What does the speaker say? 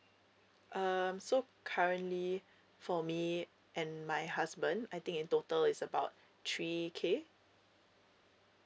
um so currently for me and my husband I think in total is about three k